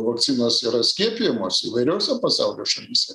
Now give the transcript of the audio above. vakcinos yra skiepijamos įvairiose pasaulio šalyse